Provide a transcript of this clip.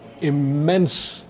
immense